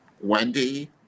wendy